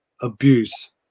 abuse